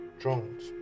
Drones